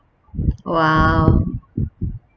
!wow!